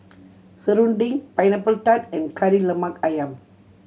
serunding Pineapple Tart and Kari Lemak Ayam